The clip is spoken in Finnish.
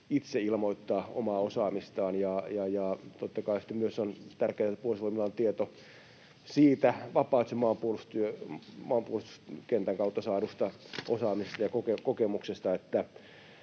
itse ilmoittaa omaa osaamistaan. Totta kai sitten on myös tärkeätä, että Puolustusvoimilla on tieto vapaaehtoisen maanpuolustuskentän kautta saadusta osaamisesta ja kokemuksesta.